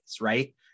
right